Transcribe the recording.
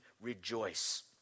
rejoice